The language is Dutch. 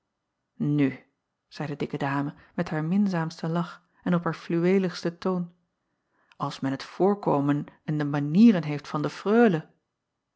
u zeî de dikke dame met haar minzaamsten lach en op haar fluweeligsten toon als men het voorkomen en de manieren heeft van de reule